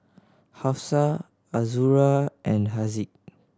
Hafsa Azura and Haziq